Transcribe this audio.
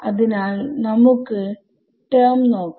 അതിനാൽ നമുക്ക് ടെർമ് നോക്കാം